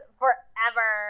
forever